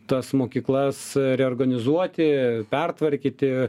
tas mokyklas reorganizuoti pertvarkyti